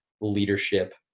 leadership